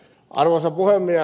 arvoisia puhemies